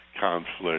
conflict